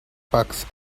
bucks